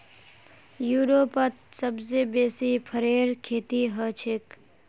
यूरोपत सबसे बेसी फरेर खेती हछेक